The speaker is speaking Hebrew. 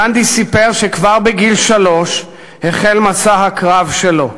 גנדי סיפר שכבר בגיל שלוש החל מסע הקרב שלו,